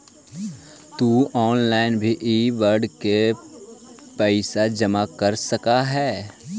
तु ऑनलाइन भी इ बेड के पइसा जमा कर सकऽ हे